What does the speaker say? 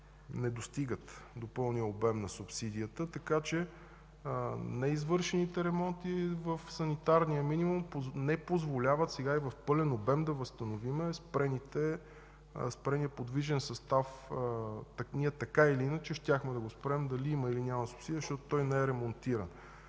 не достигат до пълния обем на субсидията. Така че неизвършените ремонти в санитарния минимум сега не позволяват в пълен обем да възстановим спрения подвижен състав. Така или иначе ние щяхме да го спрем – дали има, или няма субсидия, защото той не е ремонтиран.